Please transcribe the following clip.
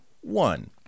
one